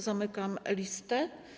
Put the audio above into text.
Zamykam listę.